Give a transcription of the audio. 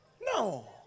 No